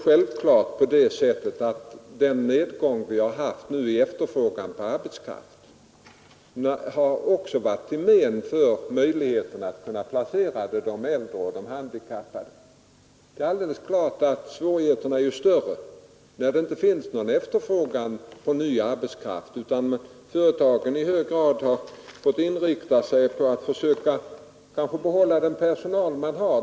Självklart är att den nedgång vi nu haft i fråga om efterfrågan på arbetskraft också varit till men för möjligheterna att kunna placera de äldre och handikappade. Svårigheterna är naturligtvis större, när det inte finns någon efterfrågan på ny arbetskraft, utan företagen har i hög grad fått inrikta sig på att försöka behålla den personal de har.